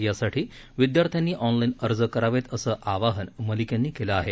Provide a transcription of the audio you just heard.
यासाठी विदयार्थ्यांनी ऑनलाईन अर्ज करावेत असं आवाहन मलिक यांनी केलं आहे